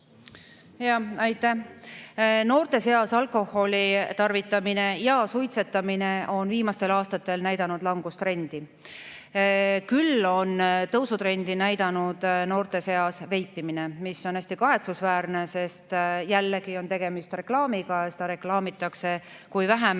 Jah, aitäh! Noorte seas alkoholi tarvitamine ja suitsetamine on viimastel aastatel langustrendis. Küll aga on tõusutrendis noorte seas veipimine, mis on hästi kahetsusväärne, sest jällegi on tegemist reklaamiga. Seda reklaamitakse kui vähem